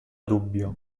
dubbio